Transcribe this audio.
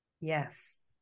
Yes